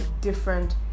different